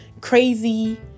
crazy